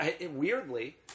Weirdly